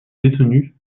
détenus